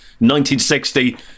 1960